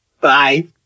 Bye